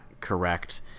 correct